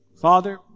Father